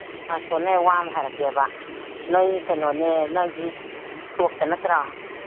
ꯉꯥꯏꯈꯣꯅꯦ ꯋꯥ ꯑꯃ ꯍꯥꯏꯔꯛꯀꯦꯕ ꯅꯪ ꯀꯩꯅꯣꯅꯦ ꯅꯪꯁꯤ ꯇꯣꯞꯇ ꯅꯠꯇ꯭ꯔꯣ